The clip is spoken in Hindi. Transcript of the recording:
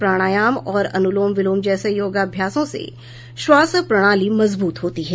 प्राणायाम और अनुलोम विलोम जैसे योगाभ्यासों से श्वास प्रणाली मजबूत होती है